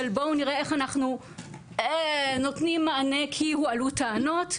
של בואו נראה איך אנחנו נותנים מענה כי הועלו טענות,